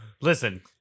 Listen